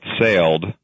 sailed